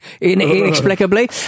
inexplicably